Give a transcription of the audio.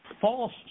false